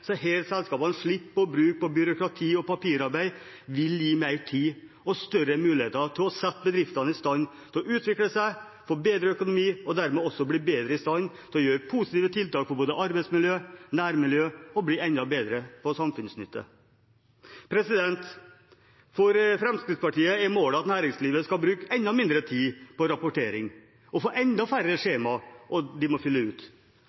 selskapene slipper å bruke på byråkrati og papirarbeid, vil det bli gitt mer tid og større muligheter til å sette bedriftene i stand til å utvikle seg, få bedre økonomi og dermed også bli bedre i stand til å gjøre positive tiltak for både arbeidsmiljøet og nærmiljøet, og bli enda mer samfunnsnyttige. For Fremskrittspartiet er målet at næringslivet skal bruke enda mindre tid på rapportering og få enda færre skjema som de må fylle ut.